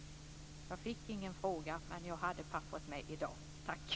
Jag fick ingen fråga, men jag hade papperet med i dag.